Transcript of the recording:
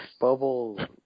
bubble